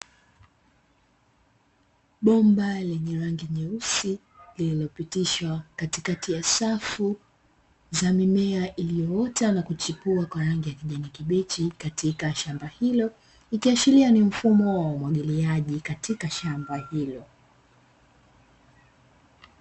Bomba lenye rangi nyeusi, lililopitishwa katikati ya safu za mimea iliyoota na kuchipua kwa rangi ya kijani kibichi, katika shamba hilo ikiashiria ni mfumo wa umwagiliaji katika shamba hilo.